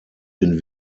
den